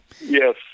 Yes